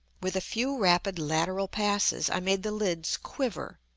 with a few rapid lateral passes i made the lids quiver,